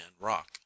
rock